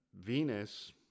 venus